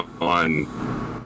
on